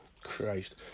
Christ